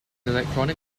electronic